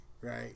right